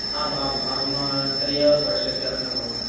आम् आम् अहं त्रयाणां वर्षाणाम् अनुभवः अस्ति